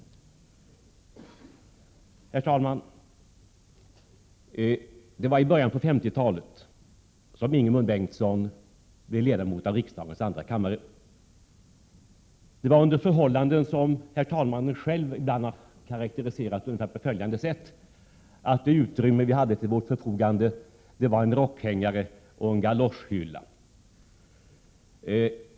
Herr talman! Det var i början av 1950-talet som Ingemund Bengtsson blev ledamot av riksdagens andra kammare. Det var under förhållanden som herr talmannen själv ibland har karakteriserat ungefär på följande sätt: Det utrymme vi hade till vårt förfogande var en rockhängare och en galoschhylla.